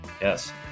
Yes